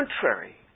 contrary